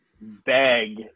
beg